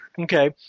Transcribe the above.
Okay